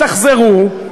אז תחזרו,